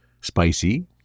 spicy